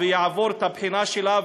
יעבור את הבחינה שלה,